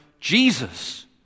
Jesus